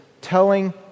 telling